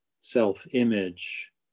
self-image